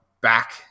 back